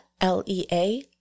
L-E-A